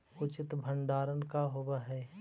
उचित भंडारण का होव हइ?